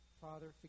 Father